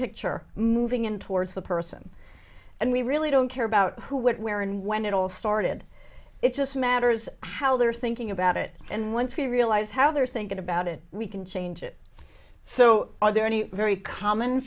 picture moving in towards the person and we really don't care about who what where and when it all started it just matters how they're thinking about it and once we realize how they're thinking about it we can change it so are there any very common